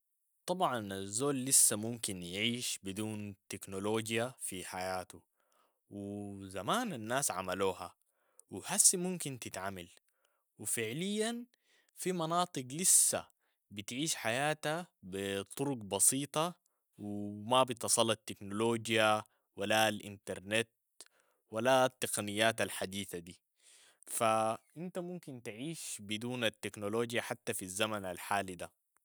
طبعاً الزول لسه ممكن يعيش بدون تكنولوجيا في حياته و زمان الناس عملوها و حسي ممكن تتعمل و فعلياً في مناطق لسه بتعيش حياته بطرق بسيطة و ما بتصل التكنولوجيا ولا الإنترنت ولا التقنيات الحديثة، دي فإنت ممكن تعيش بدون التكنولوجيا حتى في الزمن الحالي ده.